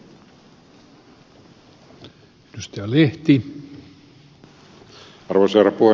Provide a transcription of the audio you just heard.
arvoisa herra puhemies